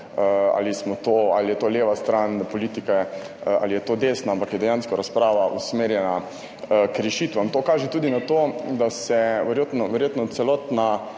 ali je to leva stran politike ali je to desna, ampak je dejansko razprava usmerjena k rešitvam. To kaže tudi na to, da se verjetno celotna